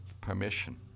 permission